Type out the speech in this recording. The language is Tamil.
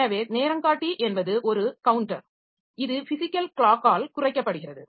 எனவே நேரங்காட்டி என்பது ஒரு கவுன்டர் இது பிசிகல் க்ளாக்கால் குறைக்கப்படுகிறது